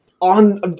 on